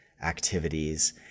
activities